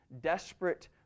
desperate